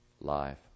life